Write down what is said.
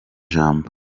jambo